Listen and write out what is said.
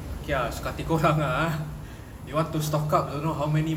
okay ah suka hati korang ah ah you want to stock up I don't know how many